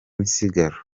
misigaro